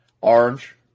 orange